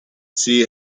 see